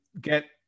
get